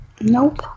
Nope